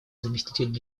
заместитель